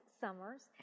Summers